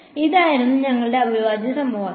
ഇതായിരുന്നു ഞങ്ങളുടെ അവിഭാജ്യ സമവാക്യം